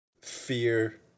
fear